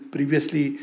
Previously